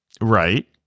Right